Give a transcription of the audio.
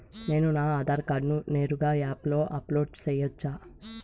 నేను నా ఆధార్ కార్డును నేరుగా యాప్ లో అప్లోడ్ సేయొచ్చా?